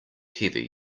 heavy